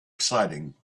exciting